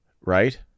right